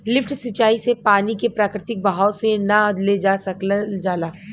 lift सिंचाई से पानी के प्राकृतिक बहाव से ना ले जा सकल जाला